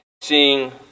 seeing